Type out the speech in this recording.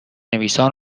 نویسان